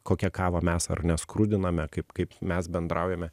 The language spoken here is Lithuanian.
kokią kavą mes ar ne skrudiname kaip kaip mes bendraujame